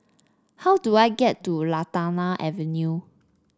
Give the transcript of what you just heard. how do I get to Lantana Avenue